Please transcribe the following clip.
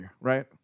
right